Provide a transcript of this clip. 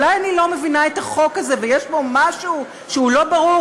שאולי אני לא מבינה את החוק הזה ויש בו משהו שהוא לא ברור,